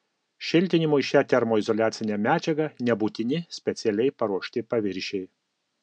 šiltinimui šia termoizoliacine medžiaga nebūtini specialiai paruošti paviršiai